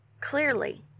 Clearly